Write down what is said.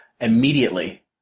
immediately